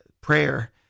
prayer